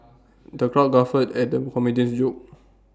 the crowd guffawed at the comedian's jokes